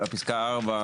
פסקה (4),